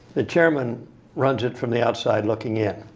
the chairman runs it from the outside looking in.